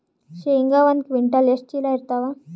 ಶೇಂಗಾ ಒಂದ ಕ್ವಿಂಟಾಲ್ ಎಷ್ಟ ಚೀಲ ಎರತ್ತಾವಾ?